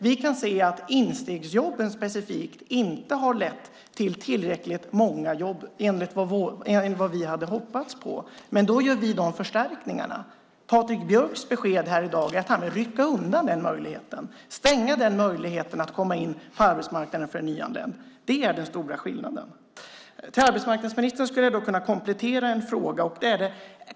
Vi kan se att instegsjobben inte har lett till lika många jobb som vi hade hoppats på, men då gör vi förstärkningar. Patrik Björcks besked här i dag är att han vill rycka undan och stänga denna möjlighet för en nyanländ att komma in på arbetsmarknaden. Det är den stora skillnaden. Till arbetsmarknadsministern har jag en kompletterande fråga.